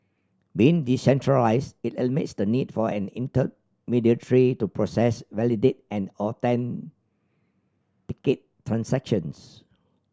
being decentralised it eliminates the need for an intermediary to process validate and authenticate transactions